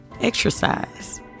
exercise